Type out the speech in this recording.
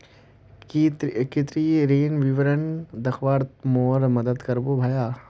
की ती ऋण विवरण दखवात मोर मदद करबो भाया